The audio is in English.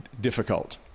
difficult